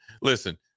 Listen